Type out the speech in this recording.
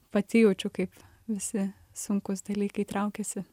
pati jaučiu kaip visi sunkūs dalykai traukiasi